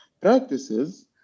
practices